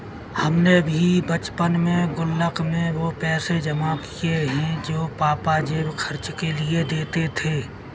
हमने भी बचपन में गुल्लक में वो पैसे जमा किये हैं जो पापा जेब खर्च के लिए देते थे